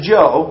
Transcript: Joe